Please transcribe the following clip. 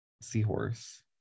seahorse